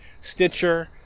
Stitcher